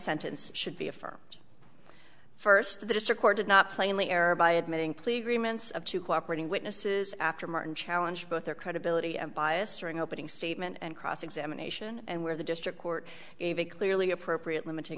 sentence should be affirmed first the district court did not plainly error by admitting plea agreements of two cooperating witnesses after martin challenge both their credibility and biased during opening statement and cross examination and where the district court gave a clearly appropriate limiting